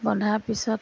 বন্ধাৰ পিছত